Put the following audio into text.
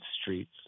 streets